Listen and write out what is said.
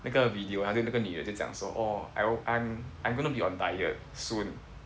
那个 video 那个女的就讲说哦 I'm I'm I'm gonna be on diet soon